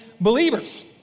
believers